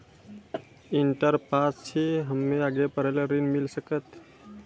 Inter pass छी हम्मे आगे पढ़े ला ऋण मिल सकत?